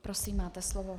Prosím, máte slovo.